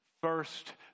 first